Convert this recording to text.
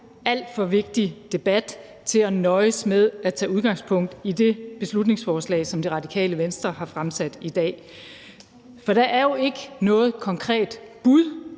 alt for vigtig til at nøjes med at tage med udgangspunkt i det beslutningsforslag, som Det Radikale Venstre har fremsat i dag. For der er jo ikke noget konkret bud